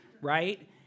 right